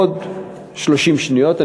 עוד 30 שניות.